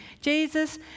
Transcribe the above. Jesus